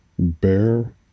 Bear